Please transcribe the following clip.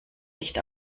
nicht